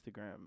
instagram